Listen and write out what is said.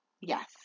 Yes